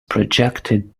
projected